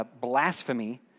blasphemy